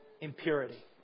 impurity